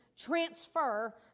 transfer